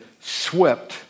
swept